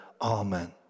Amen